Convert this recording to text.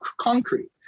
concrete